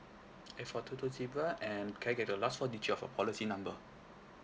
eight four two two zebra and can I get the last four digit of your policy number